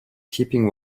keeping